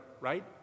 right